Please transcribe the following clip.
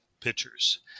pitchers